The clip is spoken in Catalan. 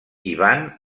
ivan